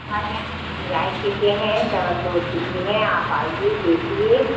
हमारे यहाँ वैरायटी के हैं डबल डोर के भी हैं आप आईए देखिए